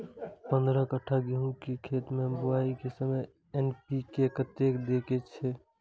पंद्रह कट्ठा गेहूं के खेत मे बुआई के समय एन.पी.के कतेक दे के छे?